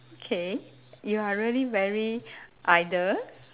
okay you are really very idle